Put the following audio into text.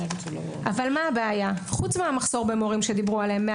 אבל מה הבעיה חוץ מהמחסור במורים שדיברו עליהם,